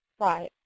Right